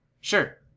Sure